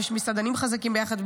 אם יש "מסעדנים חזקים ביחד",